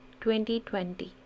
2020